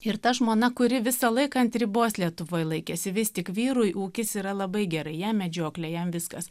ir ta žmona kuri visą laiką ant ribos lietuvoj laikėsi vis tik vyrui ūkis yra labai gerai jam medžioklė jam viskas